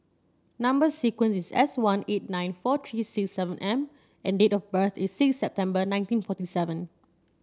number sequence is S one eight nine four three six seven M and date of birth is six September nineteen forty seven